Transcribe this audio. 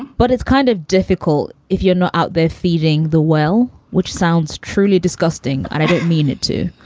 but it's kind of difficult if you're not out there feeding the well, which sounds truly disgusting and i don't mean it to